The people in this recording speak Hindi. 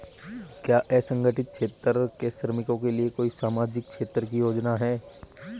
क्या असंगठित क्षेत्र के श्रमिकों के लिए कोई सामाजिक क्षेत्र की योजना है?